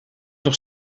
nog